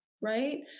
right